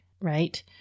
right